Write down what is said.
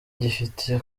gifitiye